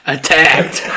Attacked